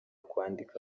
kwandika